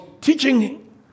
teaching